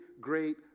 great